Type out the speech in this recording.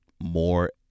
more